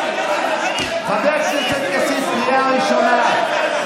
קריאה ראשונה.